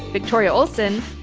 victoria olsen,